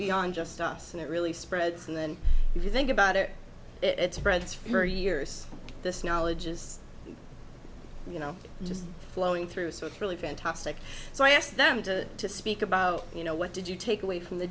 beyond just us and it really spreads and then if you think about it it's spreads for years this knowledge is you know just flowing through so it's really fantastic so i asked them to speak about you know what did you take away from the